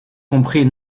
comprit